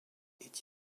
est